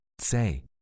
say